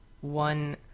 one